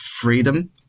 freedom